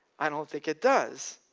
i don't think it does.